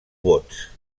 bots